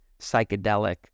psychedelic